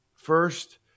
First